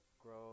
grow